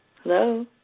Hello